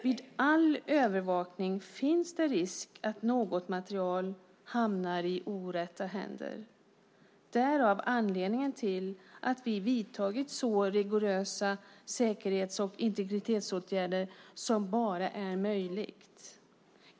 Vid all övervakning finns det risk för att något material hamnar i orätta händer. Det är anledningen till att vi har vidtagit så rigorösa säkerhets och integritetsåtgärder som bara är möjligt.